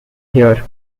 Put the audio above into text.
here